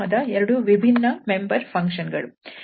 ಇವುಗಳು cos ಸಮೂಹದ 2 ವಿಭಿನ್ನ ಮೆಂಬರ್ ಫಂಕ್ಷನ್ ಗಳು